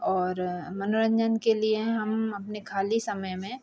और मनोरन्जन के लिए हम अपने खाली समय में